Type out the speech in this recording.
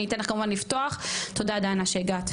אני אתן לך כמובן לפתוח תודה דנה שהגעת.